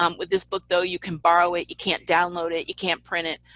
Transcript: um with this book though you can borrow it, you can't download it, you can't print it.